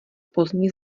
pozdní